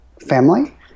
family